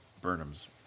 Burnham's